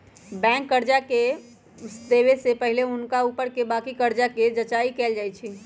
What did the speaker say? bank गाहक के कर्जा देबऐ से पहिले हुनका ऊपरके बाकी कर्जा के जचाइं कएल जाइ छइ